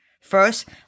First